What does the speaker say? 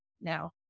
now